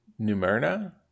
Numerna